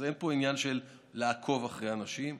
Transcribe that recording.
אז אין פה עניין של מעקב אחרי אנשים.